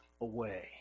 away